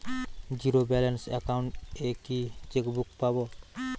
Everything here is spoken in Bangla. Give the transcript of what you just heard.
জীরো ব্যালেন্স অ্যাকাউন্ট এ কি চেকবুক পাব?